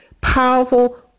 powerful